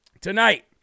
tonight